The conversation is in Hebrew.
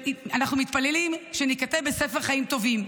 אנחנו מתפללים שניכתב בספר חיים טובים,